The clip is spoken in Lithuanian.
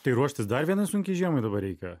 tai ruoštis dar vienai sunkiai žiemai dabar reikia